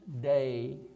Day